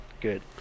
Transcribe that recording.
good